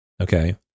Okay